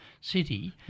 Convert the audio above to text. city